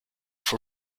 for